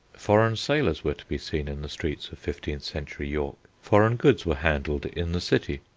foreign sailors were to be seen in the streets of fifteenth-century york foreign goods were handled in the city.